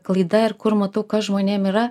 klaida ir kur matau kas žmonėm yra